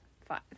five